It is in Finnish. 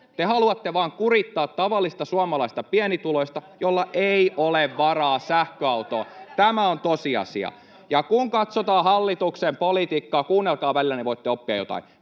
Te haluatte vain kurittaa tavallista suomalaista pienituloista, jolla ei ole varaa sähköautoon. Tämä on tosiasia. [Välihuutoja ja naurua vasemmalta] Kun katsotaan hallituksen politiikkaa — kuunnelkaa välillä, niin voitte oppia jotain